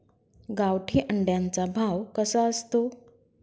गावठी अंड्याचा भाव कसा असतो?